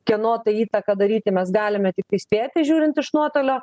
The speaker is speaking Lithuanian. kieno tai įtaka daryti mes galime tiktai spėti žiūrint iš nuotolio